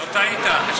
זה